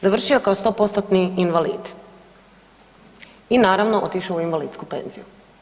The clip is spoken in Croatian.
Završio je kao 100%-tni invalid i naravno otišao u invalidsku penziju.